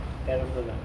terrible ah